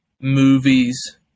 movies